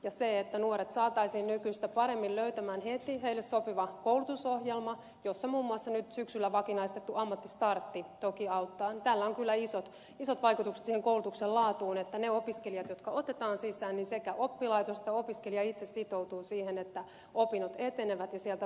ja sillä että nuoret saataisiin nykyistä paremmin löytämään heti heille sopiva koulutusohjelma jossa muun muassa nyt syksyllä vakinaistettu ammattistartti toki auttaa on kyllä isot vaikutukset koulutuksen laatuun että niiden opiskelijoiden kohdalla jotka otetaan sisään sekä oppilaitos että opiskelija itse sitoutuvat siihen että opinnot etenevät ja sieltä valmistutaan